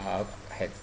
uh had